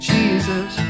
Jesus